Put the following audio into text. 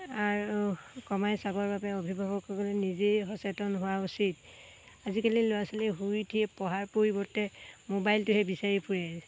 আৰু কমাই চাবৰ বাবে অভিভাৱকসকলে নিজেই সচেতন হোৱা উচিত আজিকালি ল'ৰা ছোৱালীয়ে শুই উঠিয়ে পঢ়াৰ পৰিৱৰ্তে মোবাইলটোহে বিচাৰি ফুৰে